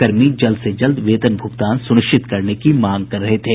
कर्मी जल्द से जल्द वेतन भुगतान सुनिश्चित करने की मांग कर रहे थे